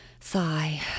Sigh